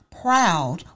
proud